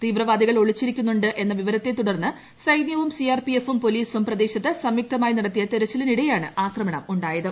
തീവ്രവാദികൾ ഒളിച്ചിരിക്കുന്നുണ്ട് എന്ന വിവരത്തെ തുടർന്ന് സൈനൃവും സി ആർ പി എഫും പോലീസും പ്രദേശത്ത് സംയുക്തമായി നടത്തിയ തെരച്ചിലിനിടെയാണ് ആക്രമണം ഉണ്ടായത്